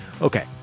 Okay